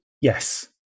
Yes